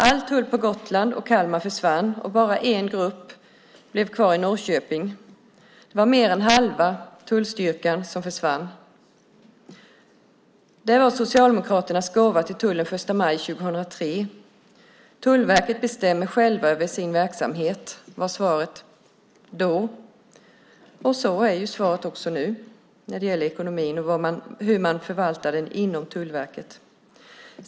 All tull på Gotland och i Kalmar försvann, och bara en grupp blev kvar i Norrköping. Det var mer än halva tullstyrkan som försvann. Det var Socialdemokraternas gåva till tullen den 1 maj 2003. Tullverket bestämmer självt över sin verksamhet, var svaret då. Så är svaret också nu när det gäller ekonomin och hur man förvaltar den inom Tullverket.